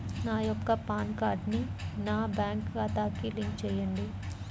నా యొక్క పాన్ కార్డ్ని నా బ్యాంక్ ఖాతాకి లింక్ చెయ్యండి?